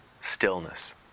stillness